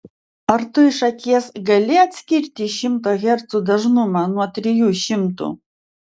ar tu iš akies gali atskirti šimto hercų dažnumą nuo trijų šimtų